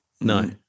No